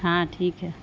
ہاں ٹھیک ہے